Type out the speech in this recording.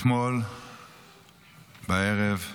אתמול בערב,